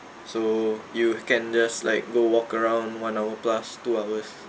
so you can just like go walk around one hour plus two hours